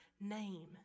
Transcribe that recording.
name